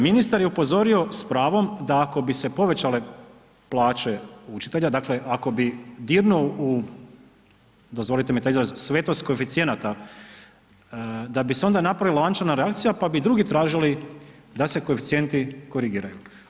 Ministar je upozorio s pravom da ako bi se povećale plaće učitelja, dakle ako bi dirnuo, dozvolite mi taj izraz svetost koeficijenata da bi se onda napravila lančana reakcija pa bi drugi tražili da se koeficijenti korigiraju.